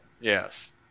Yes